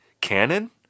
canon